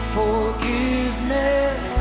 forgiveness